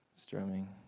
Strumming